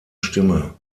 stimme